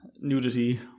nudity